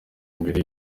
imbere